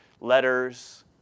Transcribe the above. letters